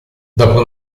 dopo